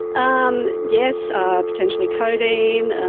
um yes, ah potentially codeine,